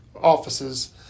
offices